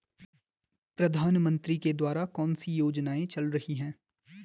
प्रधानमंत्री के द्वारा कौनसी योजनाएँ चल रही हैं?